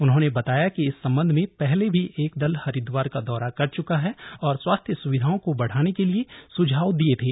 उन्होंने बताया कि इस संबंध में पहले भी एक दल हरिद्वार का दौरा कर चुका है और स्वास्थ्य सुविधाओं को बढ़ाने के लिए सुझाव दिए थे